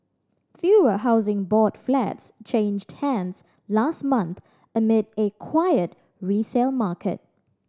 fewer Housing Board flats changed hands last month amid a quiet resale market